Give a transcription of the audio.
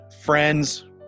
friends